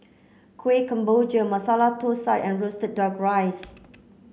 Kueh Kemboja Masala Thosai and roasted duck rice